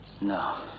No